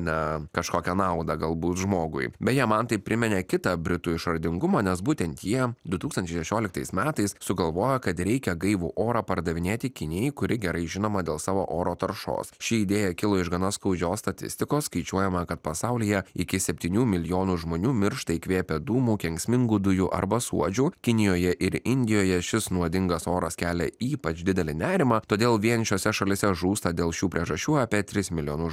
ne kažkokią naudą galbūt žmogui beje man tai priminė kitą britų išradingumą nes būtent jie du tūkstančiai šešioliktais metais sugalvojo kad reikia gaivų orą pardavinėti kinijai kuri gerai žinoma dėl savo oro taršos ši idėja kilo iš gana skaudžios statistikos skaičiuojama kad pasaulyje iki septynių milijonų žmonių miršta įkvėpę dūmų kenksmingų dujų arba suodžių kinijoje ir indijoje šis nuodingas oras kelia ypač didelį nerimą todėl vien šiose šalyse žūsta dėl šių priežasčių apie tris milijonus